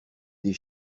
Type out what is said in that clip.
des